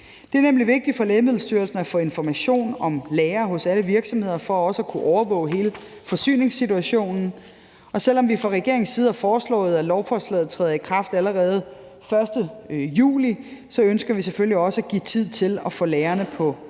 Det er nemlig vigtigt for Lægemiddelstyrelsen at få information om lagre fra alle virksomheder for også at kunne overvåge hele forsyningssituationen. Og selv om vi fra regeringens side har foreslået, at lovforslaget træder i kraft allerede den 1. juli, så ønsker vi selvfølgelig også at give tid til at få lagrene på plads.